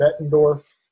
Bettendorf